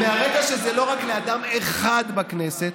מהרגע שזה לא רק לאדם אחד בכנסת,